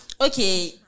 okay